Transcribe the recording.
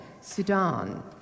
Sudan